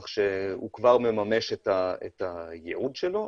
כך שהוא כבר מממש את הייעוד שלו,